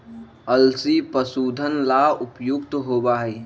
अलसी पशुधन ला उपयुक्त होबा हई